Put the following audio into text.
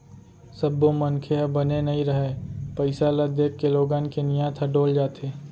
सब्बो मनखे ह बने नइ रहय, पइसा ल देखके लोगन के नियत ह डोल जाथे